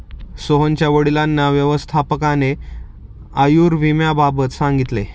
सोहनच्या वडिलांना व्यवस्थापकाने आयुर्विम्याबाबत सांगितले